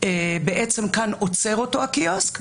בעצם כאן עוצר אותו הקיוסק,